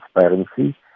transparency